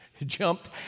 Jumped